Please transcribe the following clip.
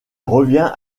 revient